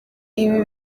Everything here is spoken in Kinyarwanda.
ibi